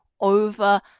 over